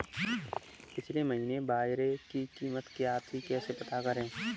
पिछले महीने बाजरे की कीमत क्या थी कैसे पता करें?